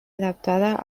adaptada